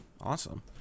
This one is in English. Awesome